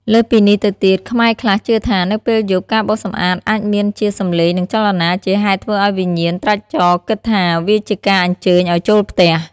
លើសពីនេះទៅទៀត ខ្មែរខ្លះជឿថា នៅពេលយប់ ការបោសសម្អាតអាចមានជាសំឡេងនិងចលនា ជាហេតុធ្វើឱ្យវិញ្ញាណត្រាច់ចរគិតថាវាជាការអញ្ជើញឱ្យចូលផ្ទះ។